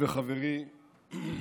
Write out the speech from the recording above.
אדוני.